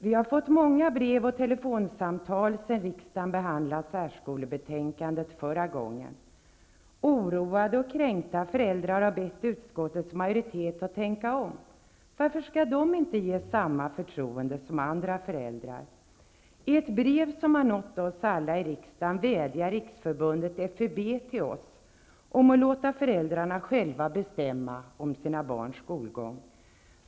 Vi har fått många brev och telefonsamtal sedan riksdagen behandlade särskolebetänkandet förra gången. Oroade och kränkta föräldrar har bett utskottets majoritet att tänka om. Varför skall de inte ges samma förtroende för andra föräldrar? I ett brev, som har nått oss alla i riksdagen, vädjar riksförbundet FUB till oss om att låta föräldrarna själva bestämma om sina barns skolgång.